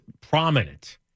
prominent